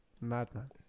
madman